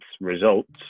results